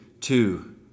two